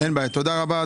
תודה רבה,